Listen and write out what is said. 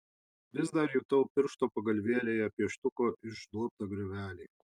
vis dar jutau piršto pagalvėlėje pieštuko išduobtą griovelį